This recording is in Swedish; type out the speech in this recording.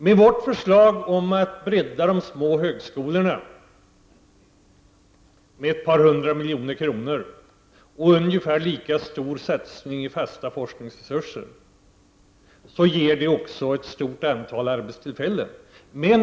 Med vårt förslag om att bredda de små högskolorna med ett par hundra miljoner kronor och med en ungefär lika stor satsning på fasta forskningsresurser skapas också ett stort antal fasta arbetstillfällen.